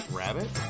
rabbit